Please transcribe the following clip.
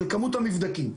כמות המבדקים.